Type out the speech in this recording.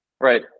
right